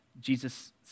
Jesus